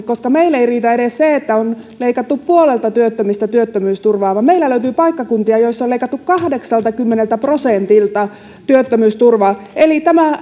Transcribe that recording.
koska meillä ei riitä edes se että on leikattu puolelta työttömistä työttömyysturvaa vaan meillä löytyy paikkakuntia joilla on leikattu kahdeksaltakymmeneltä prosentilta työttömyysturvaa tämä